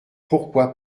pourquoi